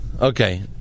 Okay